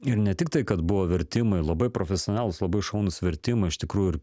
ir ne tik tai kad buvo vertimai labai profesionalūs labai šaunūs vertimai iš tikrųjų ir